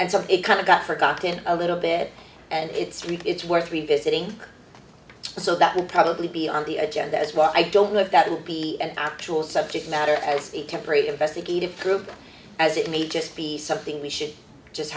and so it kind of got forgotten a little bit and it's really it's worth revisiting so that will probably be on the agenda as well i don't know if that will be an actual subject matter as a temporary investigative group as it may just be something we should just